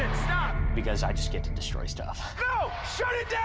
and stop! because i just get to destroy stuff. no, shut it